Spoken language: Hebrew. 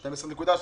12.6,